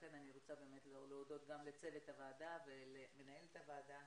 לכן אני רוצה גם להודות לצוות הוועדה ולמנהלת הוועדה